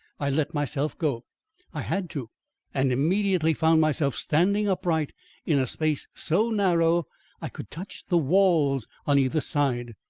i let myself go i had to and immediately found myself standing upright in a space so narrow i could touch the walls on either side.